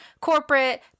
corporate